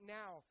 now